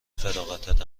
فراغتت